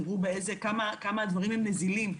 תראו כמה הדברים הם נזילים,